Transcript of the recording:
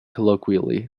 colloquially